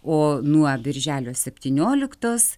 o nuo birželio septynioliktos